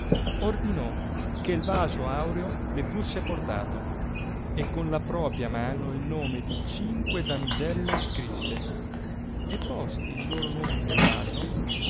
ordinò che vaso aureo le fusse portato e con la propia mano il nome di cinque damigelle scrisse e posti i loro nomi nel vaso